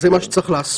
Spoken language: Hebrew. זה מה שצריך לעשות.